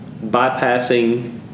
bypassing